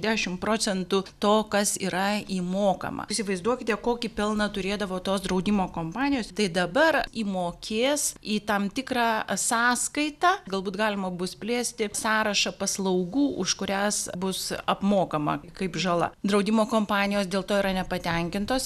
dešim procentų to kas yra įmokama įsivaizduokite kokį pelną turėdavo tos draudimo kompanijos tai dabar įmokės į tam tikrą sąskaitą galbūt galima bus plėsti sąrašą paslaugų už kurias bus apmokama kaip žala draudimo kompanijos dėl to yra nepatenkintos